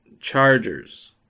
Chargers